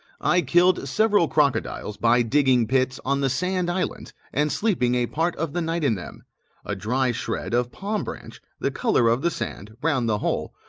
i killed several crocodiles by digging pits on the sand-islands and sleeping a part of the night in them a dry shred of palm-branch, the colour of the sand, round the hole,